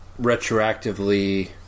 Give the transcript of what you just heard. retroactively